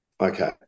okay